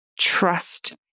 Trust